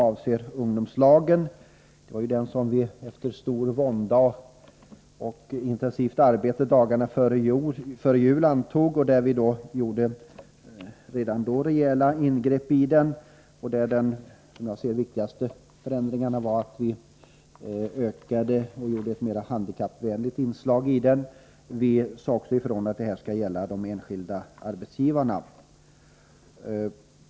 Lagen om ungdomslag antogs ju dagarna före jul, efter stor vånda och ett intensivt arbete, och vi gjorde redan då rejäla ingrepp i lagförslaget. Som jag ser det var de viktigaste förändringarna att vi gav lagen en mera handikappvänlig inriktning och även sade ifrån att den även skulle beröra de enskilda arbetsgivarna.